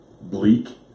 bleak